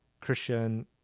Christian